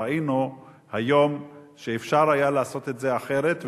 ראינו היום שאפשר היה לעשות את זה אחרת,